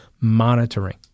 monitoring